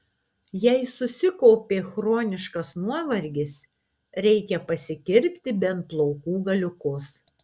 jei susikaupė chroniškas nuovargis reikia pasikirpti bent plaukų galiukus